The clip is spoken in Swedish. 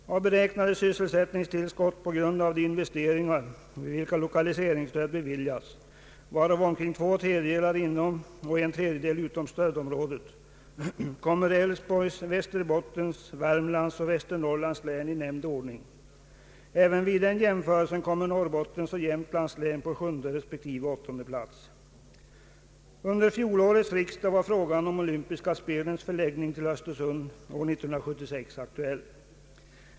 Ang. regionalpolitiken lokaliseringsstöd beviljats, varav omkring två tredjedelar inom och en tredjedel utom stödområdet, kommer Älvsborgs, Västerbottens, Värmlands och Västernorrlands län i nämnd ordning. Även vid den jämförelsen kommer Norrbottens och Jämtlands län på sjunde respektive åttonde plats. Under fjolårets riksdag var frågan om Olympiska spelens förläggning till Östersund år 1976 aktuell.